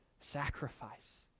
sacrifice